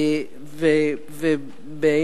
לכן,